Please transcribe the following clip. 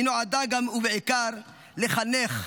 היא נועדה גם ובעיקר לחנך,